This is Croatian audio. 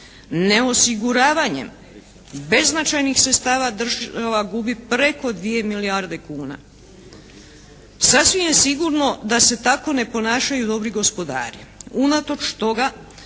Ne osiguravanjem beznačajnih sredstava država gubi preko 2 milijarde kuna. Sasvim je sigurno da se tako ne ponašaju dobri gospodari. Unatoč toga